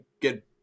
get